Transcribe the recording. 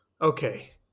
okay